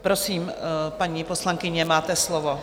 Prosím, paní poslankyně, máte slovo.